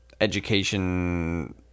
education